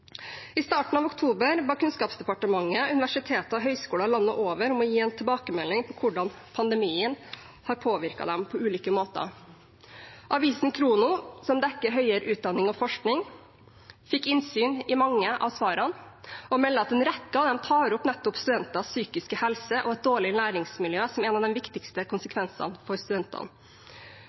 I starten av oktober ba Kunnskapsdepartementet universiteter og høyskoler landet over om å gi en tilbakemelding på hvordan pandemien har påvirket dem på ulike måter. Avisen Khrono, som dekker høyere utdanning og forskning, fikk innsyn i mange av svarene og melder at en rekke av dem tar opp nettopp studenters psykiske helse og et dårlig læringsmiljø som en av de viktigste konsekvensene for studentene.